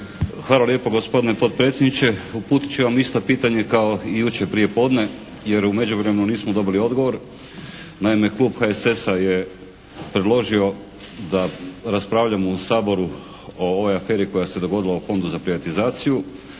Hvala lijepo gospodine potpredsjedniče. Uputio bih vam isto pitanje kao i jučer prije podne, jer u međuvremenu nismo dobili odgovor. Naime, klub HSS-a je predložio da raspravljamo u Saboru o ovoj aferi koja se dogodila u Fondu za privatizaciju.